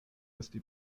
esti